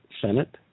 Senate